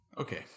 Okay